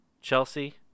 Chelsea